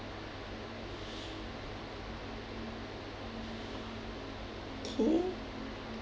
okay